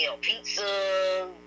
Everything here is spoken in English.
pizza